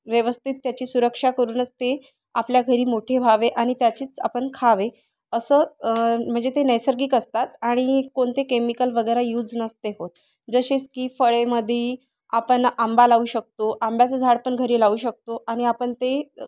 व्यवस्थित त्याची सुरक्षा करूनच ते आपल्या घरी मोठे व्हावे आणि त्याचीच आपण खावे असं म्हणजे ते नैसर्गिक असतात आणि कोणते केमिकल वगैरे यूज नसते होत जसेच की फळेमध्ये आपण आंबा लावू शकतो आंब्याचं झाड पण घरी लावू शकतो आणि आपण ते